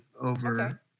over